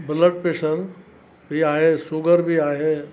blood pressure बि आहे sugar बि आहे